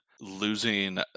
losing